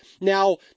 Now